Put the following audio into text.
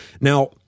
Now